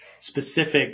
specific